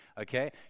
okay